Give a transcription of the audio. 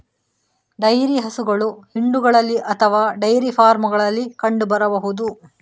dairy ಹಸುಗಳು ಹಿಂಡುಗಳಲ್ಲಿ ಅಥವಾ ಡೈರಿ ಫಾರ್ಮುಗಳಲ್ಲಿ ಕಂಡು ಬರಬಹುದು